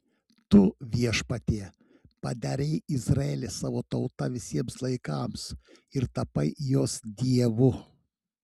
tu viešpatie padarei izraelį savo tauta visiems laikams ir tapai jos dievu